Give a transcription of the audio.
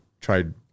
tried